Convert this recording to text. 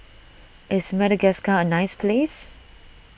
is Madagascar a nice place